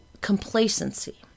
complacency